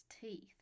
teeth